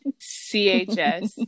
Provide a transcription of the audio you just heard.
C-H-S